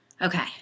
Okay